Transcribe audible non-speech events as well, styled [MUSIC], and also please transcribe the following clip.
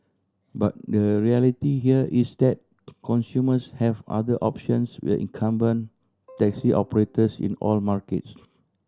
but the reality here is that consumers have other options with incumbent [NOISE] taxi operators in all markets